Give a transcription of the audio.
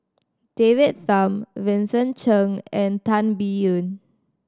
David Tham Vincent Cheng and Tan Biyun